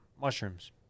mushrooms